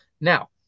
Now